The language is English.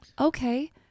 okay